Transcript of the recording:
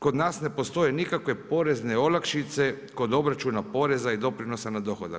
Kod nas ne postoje nikakve porezne olakšice kod obračuna poreza i doprinosa na dohodak.